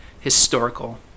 historical